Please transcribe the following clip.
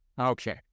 Okay